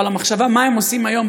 מה הם עושים היום,